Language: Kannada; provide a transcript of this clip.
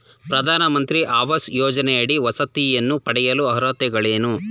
ಪ್ರಧಾನಮಂತ್ರಿ ಆವಾಸ್ ಯೋಜನೆಯಡಿ ವಸತಿಯನ್ನು ಪಡೆಯಲು ಅರ್ಹತೆಗಳೇನು?